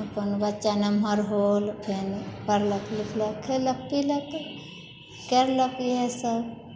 अपन बच्चा नम्हर होल फेर पढ़लक लिखलक खयलक पीलक कयलक इएह सभ